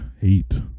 hate